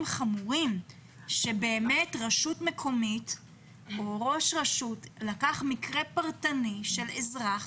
חמורי שבאמת רשות מקומית או ראש רשות לקח מקרה פרטני של אזרח